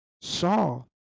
saw